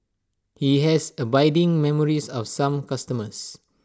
he has abiding memories of some customers